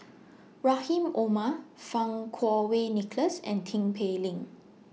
Rahim Omar Fang Kuo Wei Nicholas and Tin Pei Ling